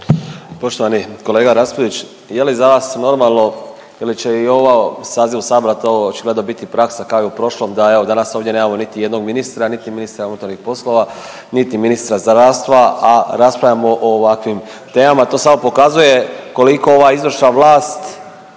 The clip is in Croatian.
Poštovani kolega Raspudić, je li za vas normalno ili će i u ovom sazivu sabora to očigledno biti praksa kao i u prošlom, da evo danas ovdje nemamo niti jednog ministra niti ministra unutarnjih poslova niti ministra zdravstva, a raspravljamo o ovakvim temama. To samo pokazuje koliko ova izvršna vlast